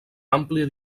àmplia